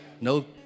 No